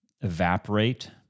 evaporate